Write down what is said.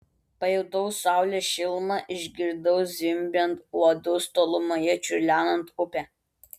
pajutau saulės šilumą išgirdau zvimbiant uodus tolumoje čiurlenant upę